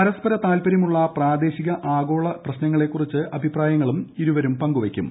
പരസ്പര താൽപ്പരൃമുള്ള പ്രാദേശിക ആഗോള പ്രശ്നങ്ങളെക്കുറിച്ചുള്ള അഭിപ്രായങ്ങളും ഇരുവരും പങ്കുവയ്ക്കും